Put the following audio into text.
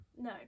no